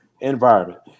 environment